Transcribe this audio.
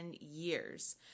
years